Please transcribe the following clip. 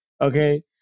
okay